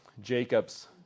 Jacob's